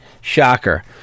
shocker